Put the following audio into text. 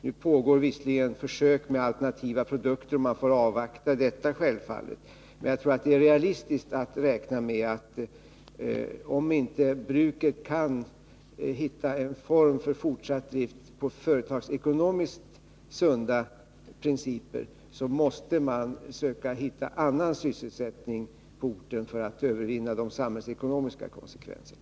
Nu pågår visserligen försök med alternativa produkter, och vi får självfallet avvakta resultatet av detta, men jag tror det är realistiskt att räkna med att om inte bruket kan hitta en form för fortsatt drift på företagsekonomiskt sunda principer, så måste man söka hitta annan sysselsättning på orten för att övervinna de samhällsekonomiska konsekvenserna.